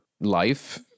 life